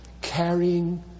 carrying